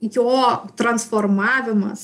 jo transformavimas